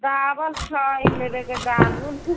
चावल छौ ई लेबयके है दालि उल